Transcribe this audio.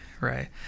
right